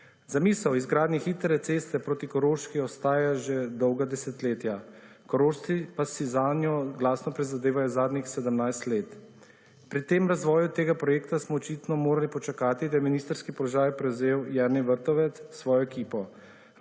Zamisel o izgradnji hitre ceste proti Koroški obstaja že dolga desetletja, Korošci pa si zanjo glasno prizadevajo zadnjih sedemnajst let. Pri razvoju tega projekta smo očitno morali počakati, da je ministrski položaj prevzel Jernej Vrtovec s svojo ekipo.